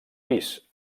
pis